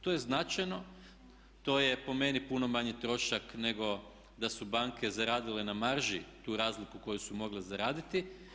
To je značajno, to je po meni puno manji trošak nego da su banke zaradile na marži tu razliku koju su mogle zaraditi.